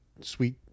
Sweet